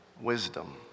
wisdom